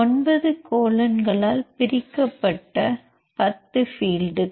9 கோலன்களால் பிரிக்கப்பட்ட 10 பீல்ட்கள்